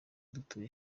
dutuye